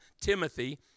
Timothy